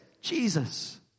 Jesus